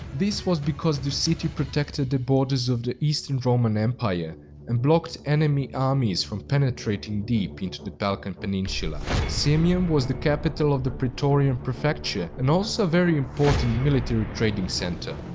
this was because the city protected the borders of the eastern roman empire and blocked enemy armies from penetrating deep into the balkan peninsula. sirmium was the capital of the praetorian prefecture and also a very important military-trading centre.